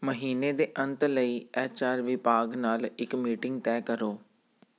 ਮਹੀਨੇ ਦੇ ਅੰਤ ਲਈ ਐੱਚ ਆਰ ਵਿਭਾਗ ਨਾਲ ਇੱਕ ਮੀਟਿੰਗ ਤੈਅ ਕਰੋ